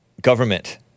government